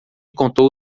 contou